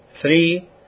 three